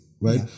Right